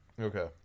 Okay